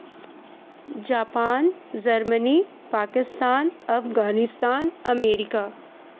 Japan Germany Pakistan Afghanistan America